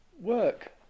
work